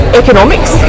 economics